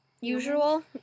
usual